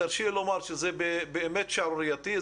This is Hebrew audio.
תרשי לי לומר שזה באמת שערורייתי,